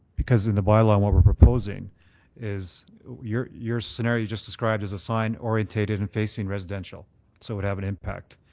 because in the bylaw what we're proposing is your your scenario just described as a sign orientated and facing residential so it would have an impact.